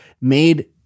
made